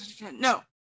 no